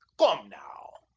come now!